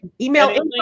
email